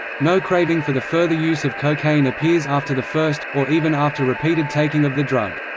no craving for the further use of cocaine appears after the first, or even after repeated taking of the drug.